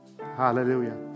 Hallelujah